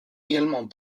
également